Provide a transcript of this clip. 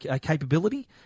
capability